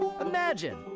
Imagine